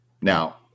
Now